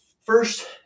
first